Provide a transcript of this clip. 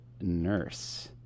Nurse